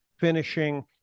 finishing